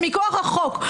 שמכוח החוק,